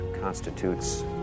constitutes